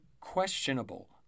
questionable